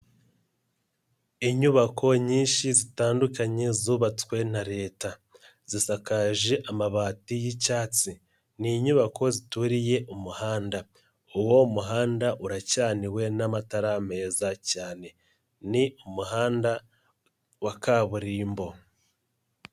Inyubako nyinshi zitandukanye zubatswe na Leta, zisakaje amabati y'icyatsi, ni inyubako zituriye umuhanda, uwo muhanda uracaniwe n'amatara meza cyane, ni umuhanda wa kaburimbo.